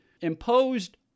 imposed